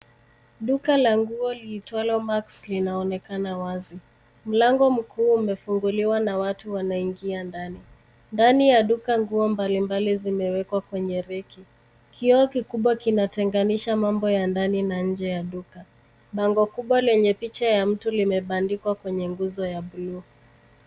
Duka la nguo liitwalo Max linaonekana wazi. Mlango mkuu umefunguliwa na watu wanaingia ndani. Ndani ya duka nguo mbalimbali zimewekwa kwenye reki. Kioo kikiubwa kinatenganisha mambo ya ndani na nje ya duka. Bango kubwa lenye picha ya mtu limebandikwa kwenye nguzo ya blue .